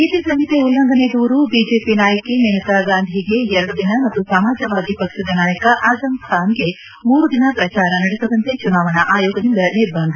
ನೀತಿ ಸಂಹಿತೆ ಉಲ್ಲಂಘನೆ ದೂರು ಬಿಜೆಪಿ ನಾಯಕಿ ಮೇನಕಾ ಗಾಂಧಿಗೆ ಎರಡು ದಿನ ಮತ್ತು ಸಮಾಜವಾದಿ ಪಕ್ಷದ ನಾಯಕ ಅಜಂ ಖಾನ್ಗೆ ಮೂರು ದಿನ ಪ್ರಚಾರ ನಡೆಸದಂತೆ ಚುನಾವಣಾ ಆಯೋಗದಿಂದ ನಿರ್ಬಂಧ